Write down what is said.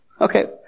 Okay